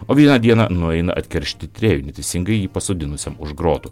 o vieną dieną nueina atkeršyti tyrėjui neteisingai jį pasodinusiam už grotų